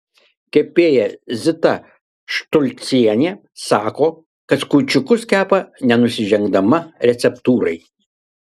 kepėja zita štulcienė sako kad kūčiukus kepa nenusižengdama receptūrai